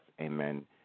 amen